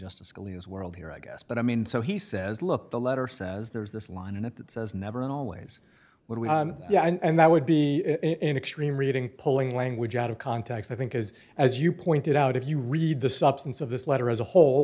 scalia's world here i guess but i mean so he says look the letter says there is this line in it that says never and always when we yeah and that would be in extreme reading polling language out of context i think is as you pointed out if you read the substance of this letter as a whole